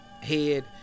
head